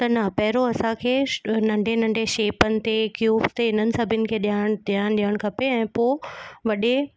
त न पहिरियों असांखे श नंढे नंढे शेपनि ते क्यूब ते इन्हनि सभिनि खे ॾयान ध्यानु ॾिअणु खपे ऐं पोइ वॾे